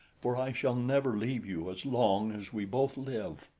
for i shall never leave you as long as we both live.